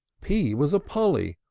p was a polly,